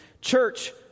Church